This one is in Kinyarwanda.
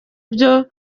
byo